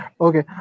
Okay